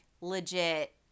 legit